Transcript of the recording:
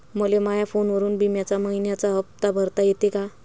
मले माया फोनवरून बिम्याचा मइन्याचा हप्ता भरता येते का?